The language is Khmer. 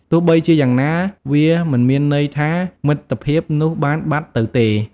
ទោះបីជាយ៉ាងណា វាមិនមានន័យថាមិត្តភាពនោះបានបាត់ទៅទេ។